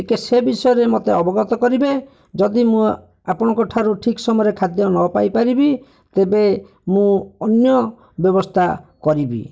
ଟିକେ ସେ ବିଷୟରେ ମୋତେ ଅବଗତ କରିବେ ଯଦି ମୁଁ ଆପଣକର ଠାରୁ ଠିକ୍ ସମୟରେ ଆପଣଙ୍କ ଠାରୁ ଖାଦ୍ୟ ନ ପାଇପାରିବି ତେବେ ମୁଁ ଅନ୍ୟ ବ୍ୟବସ୍ତା କରିବି